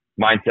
mindset